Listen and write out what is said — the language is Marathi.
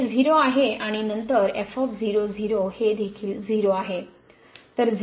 तर हे 0 आहे आणि नंतर f 0 0 हे देखील 0 आहे